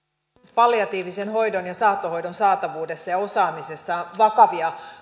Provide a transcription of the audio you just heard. palliatiivisen hoidon ja saattohoidon saatavuudessa ja osaamisessa on vakavia